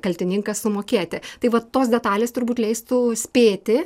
kaltininkas sumokėti tai vat tos detalės turbūt leistų spėti